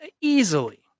Easily